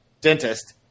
dentist